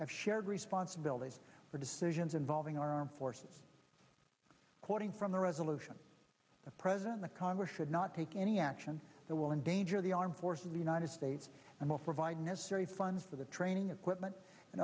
have shared responsibility for decisions involving our armed forces quoting from the resolution the president the congress should not take any action that will endanger the armed forces the united states and will provide necessary funds for the training equipment and